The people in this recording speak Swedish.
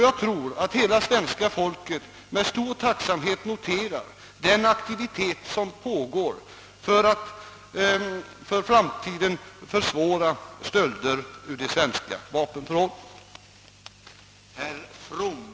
Jag tror att hela svenska folket med stor tacksamhet noterar den aktivitet som pågår för att för framtiden försvåra stölder ur våra vapenförråd.